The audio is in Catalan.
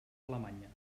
alemanyes